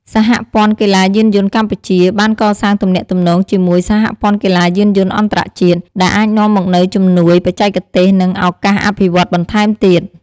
សហព័ន្ធកីឡាយានយន្តកម្ពុជា បានកសាងទំនាក់ទំនងជាមួយសហព័ន្ធកីឡាយានយន្តអន្តរជាតិ ដែលអាចនាំមកនូវជំនួយបច្ចេកទេស និងឱកាសអភិវឌ្ឍបន្ថែមទៀត។